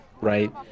right